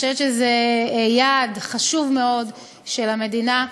אני חושבת שזה יעד חשוב מאוד של המדינה,